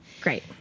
great